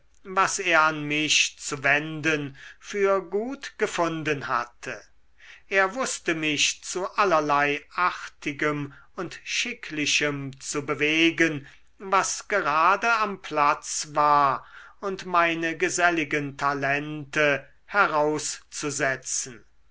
was er an mich zu wenden für gut gefunden hatte er wußte mich zu allerlei artigem und schicklichem zu bewegen was gerade am platz war und meine geselligen talente herauszusetzen